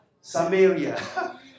Samaria